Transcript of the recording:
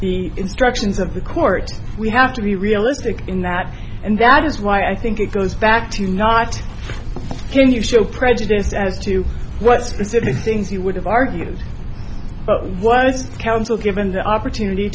the instructions of the court we have to be realistic in that and that is why i think it goes back to not can you show prejudice as to what specific things you would have argued what is council given the opportunity